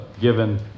given